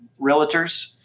realtors